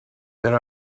there